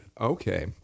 Okay